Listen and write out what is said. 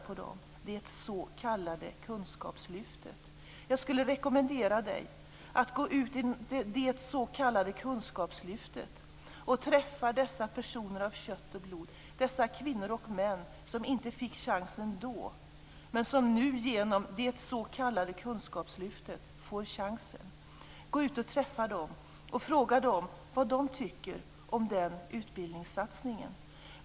Det är det s.k. kunskapslyftet. Jag skulle rekommendera Kent Olsson att gå ut i det s.k. kunskapslyftet och träffa dessa personer av kött och blod - dessa kvinnor och män som inte fick chansen då, men som nu genom det s.k. kunskapslyftet får chansen. Gå ut och träffa dem, och fråga dem vad de tycker om den utbildningssatsningen.